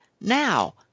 now